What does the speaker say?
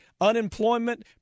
unemployment